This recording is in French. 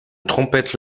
trompette